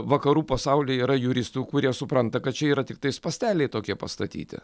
vakarų pasaulyje yra juristų kurie supranta kad čia yra tiktai spąsteliai tokie pastatyti